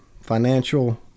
financial